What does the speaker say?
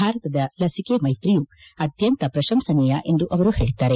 ಭಾರತದ ಲಸಿಕೆ ಮೈತ್ರಿಯು ಅತ್ಯಂತ ಪ್ರಶಂಸನೀಯ ಎಂದು ಅವರು ಹೇಳಿದ್ದಾರೆ